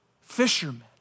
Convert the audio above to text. fishermen